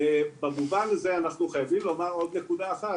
במובן הזה אנחנו חייבים לומר עוד נקודה אחת,